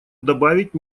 добавить